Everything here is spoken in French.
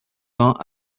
vingts